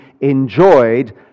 enjoyed